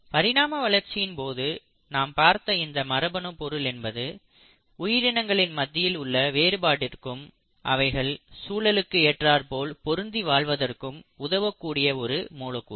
பரிணாம வளர்ச்சியின் போது நாம் பார்த்த இந்த மரபணு பொருள் என்பது உயிரினங்களின் மத்தியில் உள்ள வேறுபாட்டிருக்கும் அவைகள் சூழலுக்கு ஏற்றாற்போல் பொருந்தி வாழ்வதற்கும் உதவக்கூடிய ஒரு மூலக்கூறு